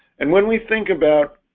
and when we think about